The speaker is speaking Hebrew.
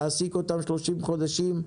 תעסיק אותם 30 חודשים,